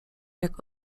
jak